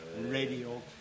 radio